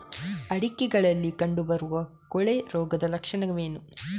ಅಡಿಕೆಗಳಲ್ಲಿ ಕಂಡುಬರುವ ಕೊಳೆ ರೋಗದ ಲಕ್ಷಣವೇನು?